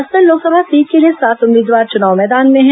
Bastar Lok Sabha seat के लिए सात उम्मीदवार चुनाव मैदान में है